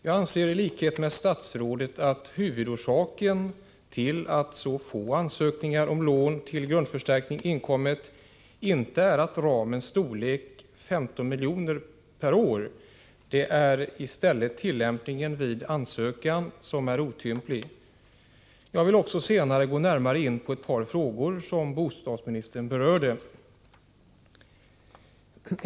Jag anser i likhet med statsrådet att huvudorsaken till att så få ansökningar om lån till grundförstärkning inkommit inte är ramens storlek 15 milj.kr. per år, utan att det i stället är tillämpningen vid ansökan som är otymplig. Jag vill också senare gå närmare in på ett par frågor som bostadsministern berörde.